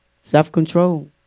self-control